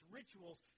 rituals